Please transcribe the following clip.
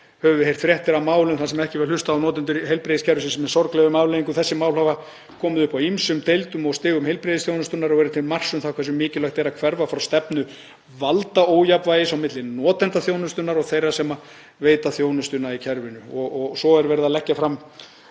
höfum við heyrt fréttir af málum þar sem ekki var hlustað á notendur heilbrigðiskerfisins með sorglegum afleiðingum. Þessi mál hafa komið upp á ýmsum deildum og stigum heilbrigðisþjónustunnar og eru til marks um hve mikilvægt það er að hverfa frá stefnu valdaójafnvægis á milli notenda þjónustunnar og þeirra sem veita þjónustuna í kerfinu.“ Svo er verið að leggja fram